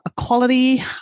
equality